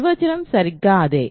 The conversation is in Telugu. నిర్వచనం సరిగ్గా అదే